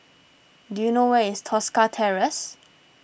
do you know where is Tosca Terrace